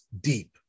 deep